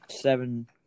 seven